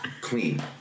clean